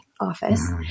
office